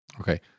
Okay